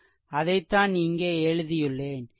அதைத்தான் இங்கே எழுதியுள்ளேன்